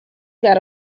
got